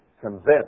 convinced